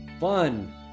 fun